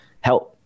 help